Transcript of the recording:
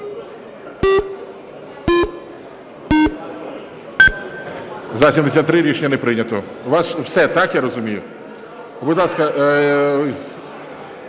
За-73 Рішення не прийнято. У вас все, так я розумію?